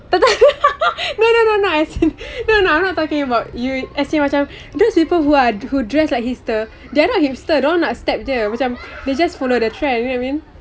tak tahu no no no no no I'm not talking about you as in macam those people who are who dress like hipsters they are not hipsters dia orang nak step jer macam they just follow the trend you know what I mean